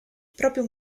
proprio